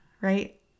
right